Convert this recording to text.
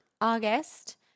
August